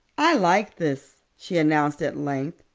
i like this, she announced at length.